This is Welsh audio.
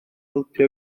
helpu